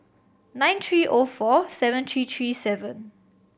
nine three O four seven three three seven